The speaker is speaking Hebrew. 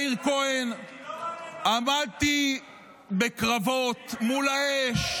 מאיר כהן, עמדתי בקרבות מול האש.